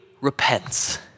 repents